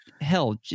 hell